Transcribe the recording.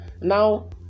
Now